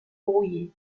brouillé